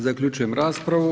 Zaključujem raspravu.